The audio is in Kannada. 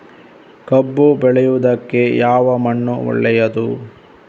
ಕಬ್ಬು ಬೆಳೆಯುವುದಕ್ಕೆ ಯಾವ ಮಣ್ಣು ಒಳ್ಳೆಯದು?